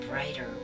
brighter